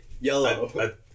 Yellow